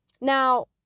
Now